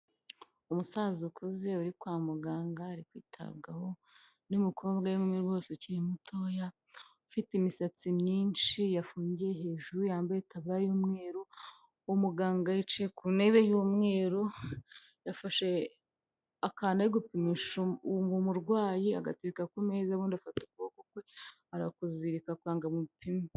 Umusaza ukuze uri kwa muganga, ari kwitabwaho n'umukobwa w'inkumi rwose ukiri mutoya, ufite imisatsi myinshi yafungiye hejuru, yambaye itaburiya y'umweru, uwo muganga yicaye ku ntebe y'umweru, yafashe akantu ari gupimisha uwo murwayi agatereka ku meza, ubundi afata ukuboko kwe arakuzirika kugira ngo amupime.